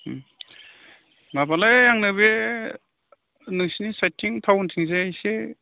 माबालै आंनो बे नोंसोरनि साइडथिं टाउनथिंजाय एसे